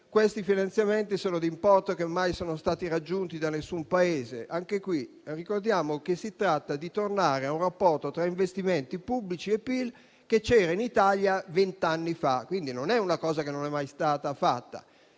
questi finanziamenti sono di importi mai raggiunti da nessun Paese. Anche qui ricordiamo che si tratta di tornare a un rapporto tra investimenti pubblici e PIL che c'era in Italia vent'anni fa. Quindi, non è una cosa che non è mai stata fatta.